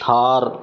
Thar